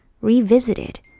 revisited